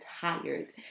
tired